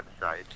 website